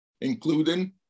including